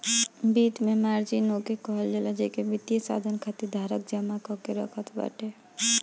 वित्त में मार्जिन ओके कहल जाला जेके वित्तीय साधन खातिर धारक जमा कअ के रखत बाटे